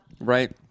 Right